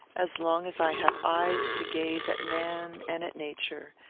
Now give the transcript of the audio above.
as long as i have eyes to gaze at man and at nature,